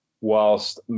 whilst